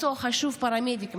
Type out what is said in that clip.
מקצוע חשוב, הפרמדיקים.